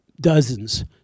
dozens